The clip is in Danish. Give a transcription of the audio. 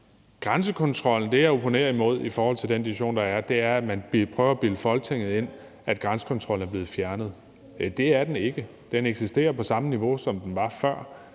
steder. Altså, det, jeg opponerer imod i forhold til den diskussion, der er om grænsekontrol, er, at man vil prøve at bilde Folketinget ind, at grænsekontrollen er blevet fjernet. Det er den ikke. Den eksisterer på det samme niveau, som den gjorde før,